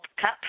cup